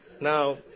now